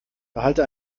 behalte